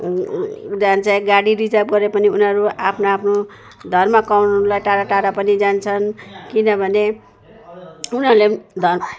जान्छ गाडी रिजर्भ गरे पनि उनीहरू आफ्नो आफ्नो धर्म कमाउनलाई टाडा टाडा पनि जान्छन् किनभने उनीहरूले धर्म